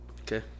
Okay